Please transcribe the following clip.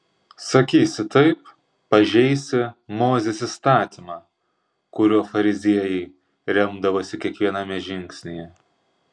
sakysi taip pažeisi mozės įstatymą kuriuo fariziejai remdavosi kiekviename žingsnyje